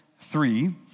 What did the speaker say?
three